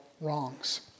wrongs